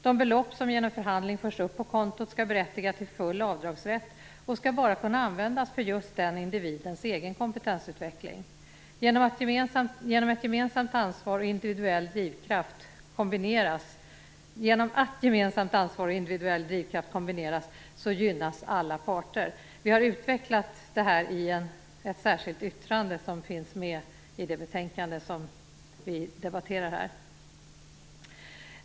De belopp som genom förhandling förs upp på kontot skall berättiga till full avdragsrätt och skall bara kunna användas för just den individens egen kompetensutveckling. Genom att gemensamt ansvar och individuell drivkraft kombineras gynnas alla parter. Vi har utvecklat det här i ett särskilt yttrande som finns med i det betänkande som vi debatterar här.